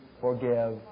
forgive